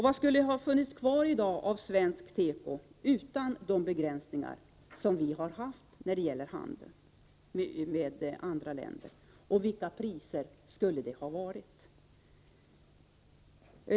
Vad skulle det ha funnits kvar av svensk tekoindustri utan de begränsningar som vi har haft när det gäller handel med andra länder, och vilka priser skulle det ha varit?